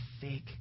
fake